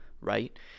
right